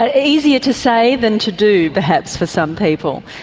ah easier to say than to do perhaps for some people.